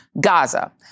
Gaza